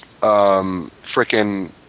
frickin